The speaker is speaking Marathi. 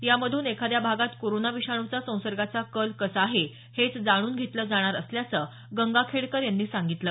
यामधून एखाद्या भागात कोरोना विषाणूचा संसर्गाचा कल कसा आहे हेच जाणून घेतलं जाणार असल्याचं गंगाखेडकर यांनी सांगितलं